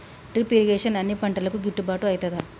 Drip irrigation అన్ని పంటలకు గిట్టుబాటు ఐతదా?